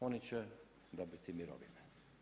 Oni će dobiti mirovine.